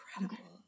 Incredible